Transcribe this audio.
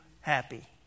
happy